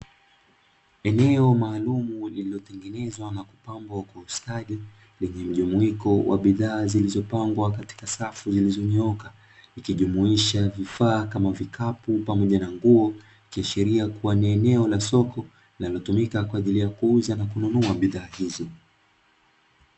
Eneo maalumu lililotengenezwa na kupangwa kwa ustadi lenye mjumuiko wa bidhaa zilizopangwa katika safu zilizonyooka ikijumuisha vifaa kama vikapu pamoja na nguo ikiashiria kua ni eneo la soko linalotumika kwa ajili ya kuuza na kununua bidhaa hizi.